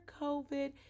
COVID